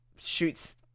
shoots